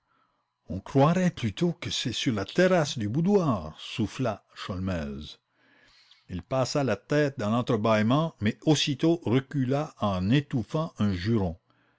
on croirait plutôt que c'est sur la terrasse du boudoir souffla sholmès il passa la tête dans l'entrebâillement mais aussitôt recula en étouffant un juron